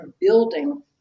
building